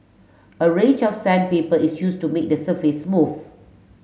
a range of sandpaper is used to make the surface smooth